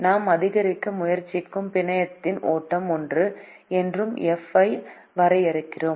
நாம் அதிகரிக்க முயற்சிக்கும் பிணையத்தின் ஓட்டம் என்றும் f ஐ வரையறுக்கிறோம்